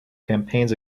campaigns